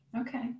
Okay